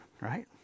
right